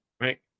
right